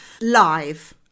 live